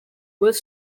was